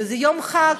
וזה יום חג.